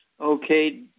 Okay